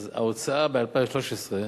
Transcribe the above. אז ההוצאה ב-2013,